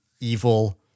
evil